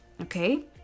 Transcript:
okay